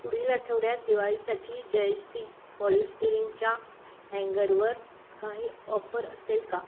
पुढील आठवड्यात दिवाळीसाठी जयसी पॉलिस्टेरींच्या हँगरवर काही ऑफर असेल का